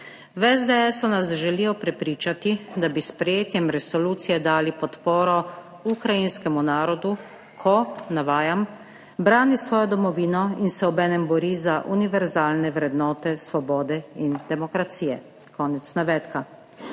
V SDS nas želijo prepričati, da bi s sprejetjem resolucije dali podporo ukrajinskemu narodu ko, navajam, »brani svojo domovino in se obenem bori za univerzalne vrednote svobode in demokracije«, konec navedka,